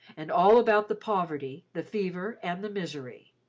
and all about the poverty, the fever, and the misery.